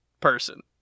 person